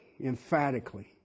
emphatically